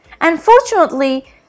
Unfortunately